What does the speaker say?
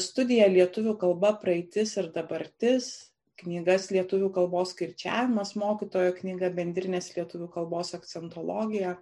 studiją lietuvių kalba praeitis ir dabartis knygas lietuvių kalbos kirčiavimas mokytojo knyga bendrinės lietuvių kalbos akcentologija